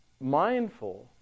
mindful